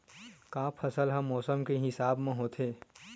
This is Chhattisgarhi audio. का फसल ह मौसम के हिसाब म होथे?